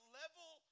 level